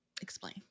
Explain